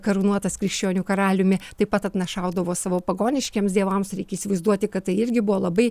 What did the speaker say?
karūnuotas krikščionių karaliumi taip pat atnašaudavo savo pagoniškiems dievams reikia įsivaizduoti kad tai irgi buvo labai